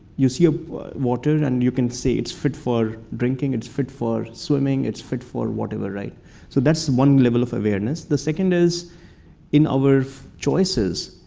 you see ah water, and you can see it's fit for drinking, it's fit for swimming, it's fit for whatever. so that's one level of awareness. the second is in our choices.